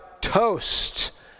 toast